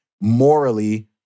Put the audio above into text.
morally